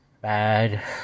bad